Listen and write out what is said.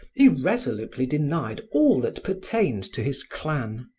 he resolutely denied all that pertained to his clan,